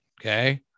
okay